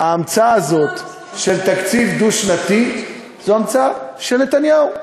ההמצאה הזו של תקציב דו-שנתי זו המצאה של נתניהו,